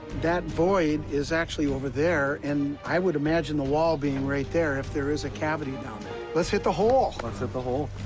that void is actually over there, and i would imagine the wall being right there, if there is a cavity down there. let's hit the hole. let's hit the hole.